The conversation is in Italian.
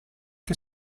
che